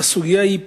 הסוגיה היא קשה.